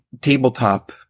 tabletop